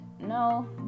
No